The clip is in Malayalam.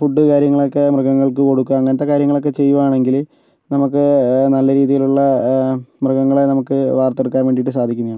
ഫുഡ് കാര്യങ്ങളൊക്കെ മൃഗങ്ങൾക്ക് കൊടുക്കുക അങ്ങനത്തെ കാര്യങ്ങളൊക്കെ ചെയ്യുകയാണെങ്കിൽ നമുക്ക് നല്ല രീതിയിലുള്ള മൃഗങ്ങളെ നമുക്ക് വാർത്തെടുക്കാൻ വേണ്ടിയിട്ട് സാധിക്കുന്നതാണ്